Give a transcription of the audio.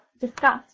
discussed